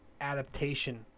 adaptation